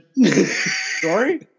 Sorry